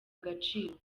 agaciro